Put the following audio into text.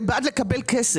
הם בעד לקבל כסף.